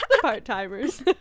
part-timers